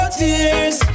tears